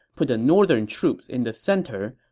put the northern troops in the center,